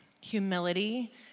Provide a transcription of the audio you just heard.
humility